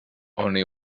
only